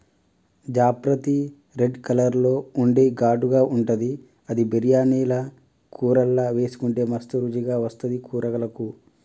జాపత్రి red colour లో ఉండి ఘాటుగా ఉంటది అది బిర్యానీల కూరల్లా వేసుకుంటే మస్తు రుచి వస్తది కూరలకు